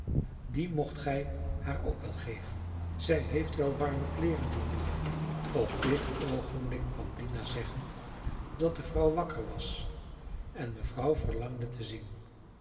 dien mocht gij haar ook wel geven zij heeft wel warme kleeren noodig op dit oogenblik kwam dina zeggen dat de vrouw wakker was en mevrouw verlangde te zien